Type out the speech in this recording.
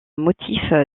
motif